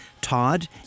Todd